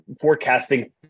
forecasting